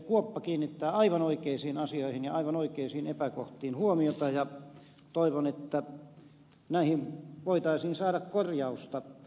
kuoppa kiinnittää aivan oikeisiin asioihin ja aivan oikeisiin epäkohtiin huomiota ja toivon että näihin voitaisiin saada korjausta